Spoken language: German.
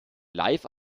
live